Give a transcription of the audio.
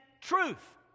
truth